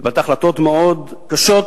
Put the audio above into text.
קיבלת החלטות מאוד קשות,